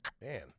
Man